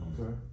Okay